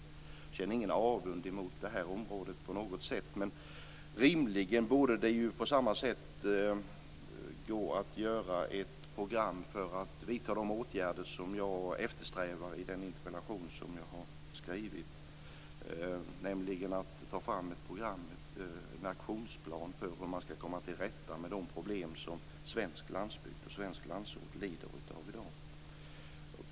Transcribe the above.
Jag känner ingen avund mot det här området på något sätt, men rimligen borde det på samma sätt gå att ta fram ett program för att vidta de åtgärder som jag eftersträvar i den interpellation som jag har skrivit. Det borde gå att ta fram ett program, en aktionsplan, för hur man skall komma till rätta med de problem som svensk landsbygd, svensk landsort, lider av i dag.